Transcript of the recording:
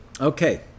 Okay